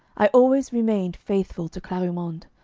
i always remained faithful to clarimonde.